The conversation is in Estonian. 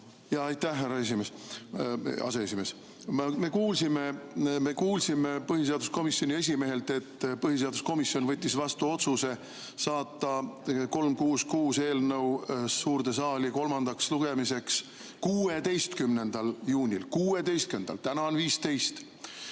Aitäh, härra aseesimees! Me kuulsime põhiseaduskomisjoni esimehelt, et põhiseaduskomisjon võttis vastu otsuse saata eelnõu 366 suurde saali kolmandaks lugemiseks 16. juuniks. Täna on 15.